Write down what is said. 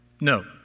No